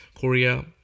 korea